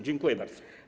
Dziękuję bardzo.